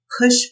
push